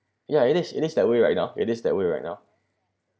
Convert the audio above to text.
ya it is it is that way right now it is that way right now